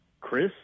Chris